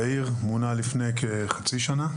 יאיר, מונה לפני כחצי שנה.